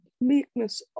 meekness